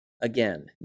Again